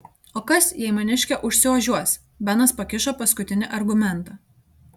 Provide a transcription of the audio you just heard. o kas jei maniškė užsiožiuos benas pakišo paskutinį argumentą